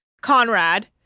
Conrad